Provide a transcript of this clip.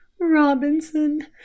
robinson